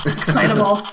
excitable